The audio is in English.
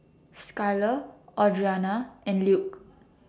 Skyler Audrianna and Luke